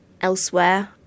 elsewhere